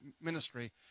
ministry